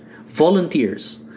volunteers